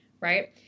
Right